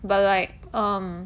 but like um